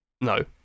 no